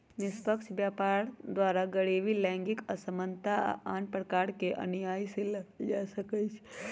निष्पक्ष व्यापार द्वारा गरीबी, लैंगिक असमानता आऽ आन प्रकार के अनिआइ से लड़ल जा सकइ छै